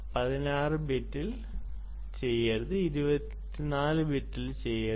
16 ബിറ്റിൽ ചെയ്യരുത് 24 ബിറ്റിൽ ചെയ്യരുത്